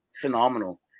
phenomenal